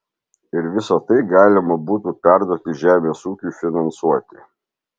ir visa tai galima būtų perduoti žemės ūkiui finansuoti